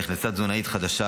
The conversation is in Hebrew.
נכנסה תזונאית חדשה,